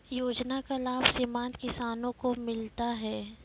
योजना का लाभ सीमांत किसानों को मिलता हैं?